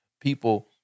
people